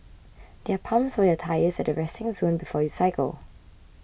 there are pumps for your tyres at the resting zone before you cycle